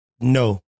No